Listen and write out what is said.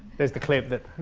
there's the clip that